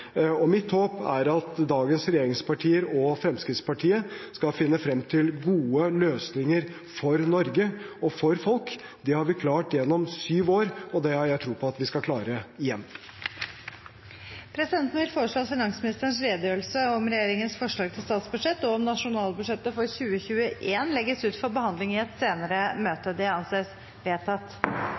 Mitt håp er at dagens regjeringspartier og Fremskrittspartiet skal finne frem til gode løsninger for Norge og for folk. Det har vi klart gjennom syv år, og det har jeg tro på at vi skal klare igjen. Presidenten vil foreslå at finansministerens redegjørelse om regjeringens forslag til statsbudsjett og om nasjonalbudsjettet for 2021 legges ut for behandling i et senere møte. – Det anses vedtatt.